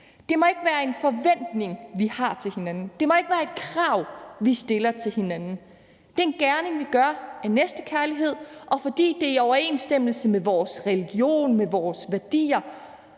Det må ikke være en forventning, vi har til hinanden. Det må ikke være et krav, vi stiller til hinanden. Det er en gerning, vi gør af næstekærlighed, og fordi det er i overensstemmelse med vores religion, med vores værdier